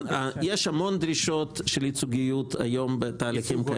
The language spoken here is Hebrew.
יש המון דרישות של ייצוגיות היום בתהליכים,